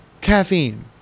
Caffeine